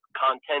content